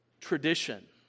tradition